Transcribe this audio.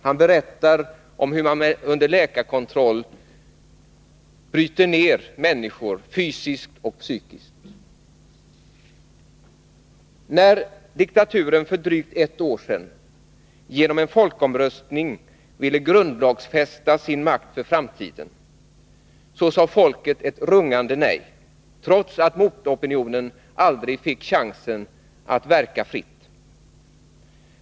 Han berättar om hur man under läkarkontroll bryter ner människor fysiskt och psykiskt. När diktaturen för drygt ett år sedan genom en folkomröstning ville grundlagsfästa sin makt för framtiden sade folket ett rungande nej, trots att motopinionen aldrig fick chansen att verka fritt.